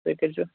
تُہۍ کٔرۍزیٚو